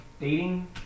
dating